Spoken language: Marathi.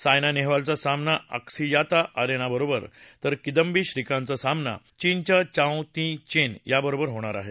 सायना नेहवालचा सामना अक्सियाता आरेनाबरोबर तर किदंबी श्रीकांतचा सामना चीनच्या चाऊ तीं चेन बरोबर होणार आहे